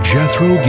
Jethro